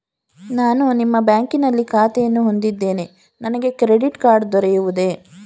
ನಾನು ನಿಮ್ಮ ಬ್ಯಾಂಕಿನಲ್ಲಿ ಖಾತೆಯನ್ನು ಹೊಂದಿದ್ದೇನೆ ನನಗೆ ಕ್ರೆಡಿಟ್ ಕಾರ್ಡ್ ದೊರೆಯುವುದೇ?